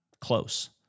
close